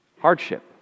hardship